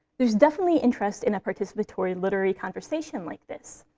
there's definitely interest in a participatory literary conversation like this.